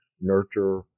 nurture